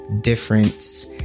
difference